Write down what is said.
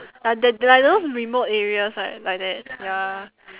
ah the like those remote areas right like that ya